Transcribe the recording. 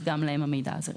גם להם המידע הזה רלוונטי.